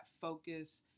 focus